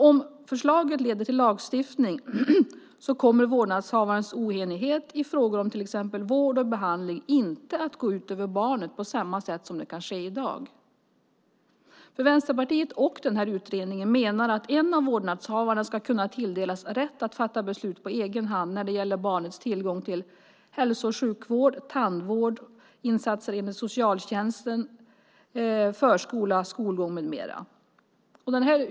Om det leder till lagstiftning kommer vårdnadshavarens oenighet i frågor om till exempel vård och behandling inte att gå ut över barnet på samma sätt som kan ske i dag. Vänsterpartiet och utredningen menar att en av vårdnadshavarna ska kunna tilldelas rätt att fatta beslut på egen hand när det gäller barnens tillgång till hälso och sjukvård, tandvård, insatser enligt socialtjänsten, förskola, skolgång med mera.